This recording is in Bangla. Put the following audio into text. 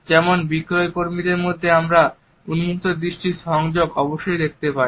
যেমন বিক্রয় কর্মীদের মধ্যে আমরা উন্মুক্ত দৃষ্টি সংযোগ অবশ্যই দেখতে পাই